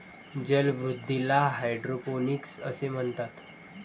जलवृद्धीला हायड्रोपोनिक्स असे म्हणतात